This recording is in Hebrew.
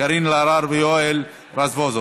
קארין אלהרר ויואל רזבוזוב.